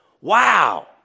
Wow